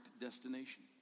destination